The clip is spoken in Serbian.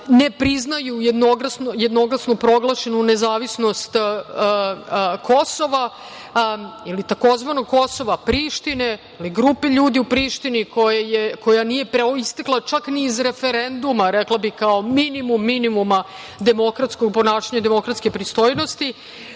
ne priznaju jednoglasno proglašenu nezavisnost Kosova ili tzv. Kosova Prištine ili grupe ljudi u Prištini koja nije proistekla čak ni iz referenduma, rekla bih kao minimum minimuma demokratskog ponašanja, demokratske pristojnosti.